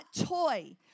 toy